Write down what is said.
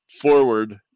forward